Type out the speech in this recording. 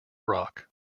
rock